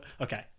okay